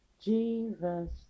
Jesus